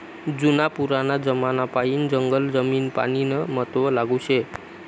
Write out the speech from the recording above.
जुना पुराना जमानापायीन जंगल जमीन पानीनं महत्व लागू शे